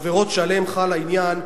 עבירות שעליהן חל העניין,